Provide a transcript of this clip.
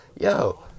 yo